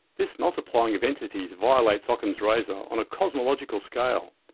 this multiplying of entities violates ockham's razor on a cosmological scale,